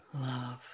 Love